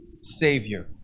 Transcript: Savior